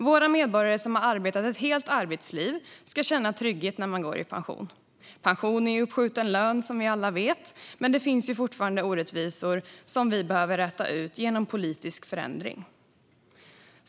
Våra medborgare som har arbetat ett helt arbetsliv ska känna trygghet när de går i pension. Pension är uppskjuten lön, som vi alla vet, men det finns fortfarande orättvisor som vi behöver rätta till genom politisk förändring.